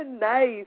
Nice